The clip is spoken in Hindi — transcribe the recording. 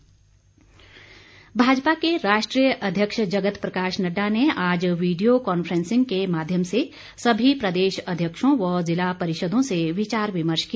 नड्डा भाजपा के राष्ट्रीय अध्यक्ष जगत प्रकाश नड्डा ने आज वीडियो कॉन्फ्रेंसिंग के माध्यम से सभी प्रदेश अध्यक्षों व ज़िला परिषदों से विचार विमर्श किया